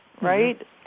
right